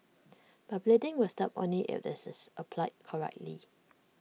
but bleeding will stop only if IT is applied correctly